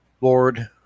Lord